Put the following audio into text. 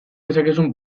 dezakezu